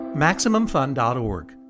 MaximumFun.org